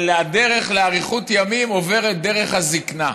לאריכות ימים עוברת דרך הזקנה.